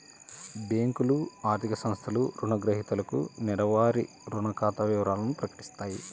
బ్యేంకులు, ఆర్థిక సంస్థలు రుణగ్రహీతలకు నెలవారీ రుణ ఖాతా వివరాలను ప్రకటిత్తాయి